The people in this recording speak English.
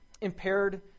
impaired